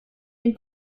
den